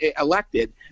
elected